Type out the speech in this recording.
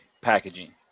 packaging